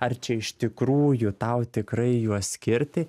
ar čia iš tikrųjų tau tikrai juos skirti